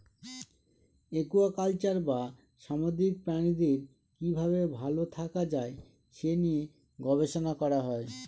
aquaculture বা সামুদ্রিক প্রাণীদের কি ভাবে ভালো থাকা যায় সে নিয়ে গবেষণা করা হয়